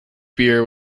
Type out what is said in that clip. beer